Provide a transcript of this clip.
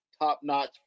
top-notch